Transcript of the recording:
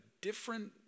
different